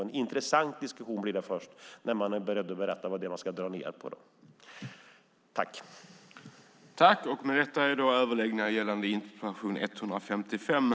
En intressant diskussion blir det först när man är beredd att tala om vad man ska dra ned på.